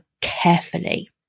carefully